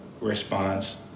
response